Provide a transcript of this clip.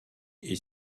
est